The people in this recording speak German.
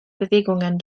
bewegungen